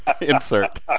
Insert